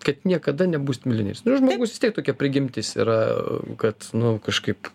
kad niekada nebūsit milijonieriais žmogus vis tiek tokia prigimtis yra kad nu kažkaip